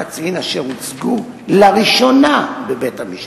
לנוכח תמונות הקצין אשר הוצגו לראשונה בבית-המשפט